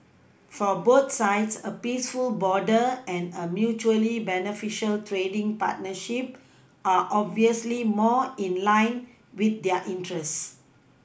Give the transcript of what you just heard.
for both sides a peaceful border and a mutually beneficial trading partnership are obviously more in line with their interests